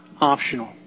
optional